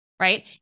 right